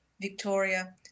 Victoria